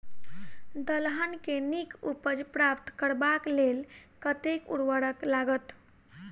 दलहन केँ नीक उपज प्राप्त करबाक लेल कतेक उर्वरक लागत?